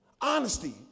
Honesty